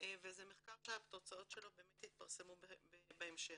וזה מחקר שהתוצאות שלו באמת יתפרסמו בהמשך.